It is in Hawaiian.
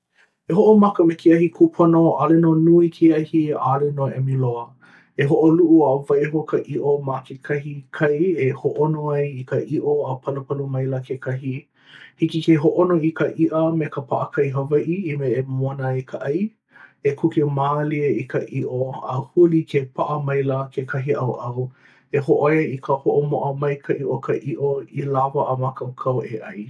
E hoʻomaka me ke ahi kūpono, ʻaʻole nō nui ke ahi a ʻaʻole nō ʻemi loa. E hoʻoluʻu a waiho ka iʻo ma kekahi kai e hōʻono ai i ka iʻo a palupalu maila kekahi. Hiki ke hōʻono i ka iʻo me ka paʻakai Hawaiʻi i mea e momona ai ka ʻai. E kūke mālie i ka iʻo a huli ke pāpaʻa maila kekahi ʻaoʻao. E hōʻoia i ka hoʻomoʻa maikaʻi o ka iʻo i lawa a mākaukau e ʻai.